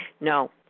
No